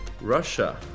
Russia